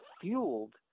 fueled